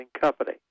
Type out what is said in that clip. Company